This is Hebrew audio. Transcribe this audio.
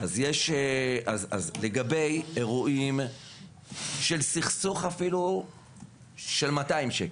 אז לגבי אירועים של סכסוך אפילו של מאתיים שקל,